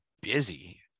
busy